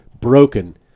broken